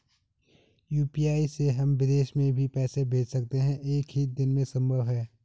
UPI से हम विदेश में भी पैसे भेज सकते हैं एक ही दिन में संभव है?